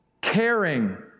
caring